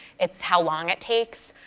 it's how long it takes,